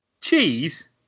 Cheese